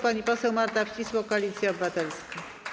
Pani poseł Marta Wcisło, Koalicja Obywatelska.